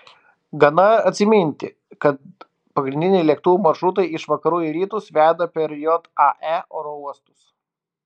gana atsiminti kad pagrindiniai lėktuvų maršrutai iš vakarų į rytus veda per jae oro uostus